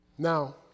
Now